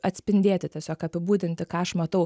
atspindėti tiesiog apibūdinti ką aš matau